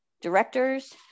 directors